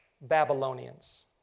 Babylonians